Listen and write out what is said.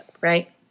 Right